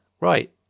right